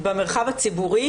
במרחב הציבורי.